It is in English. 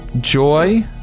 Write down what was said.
joy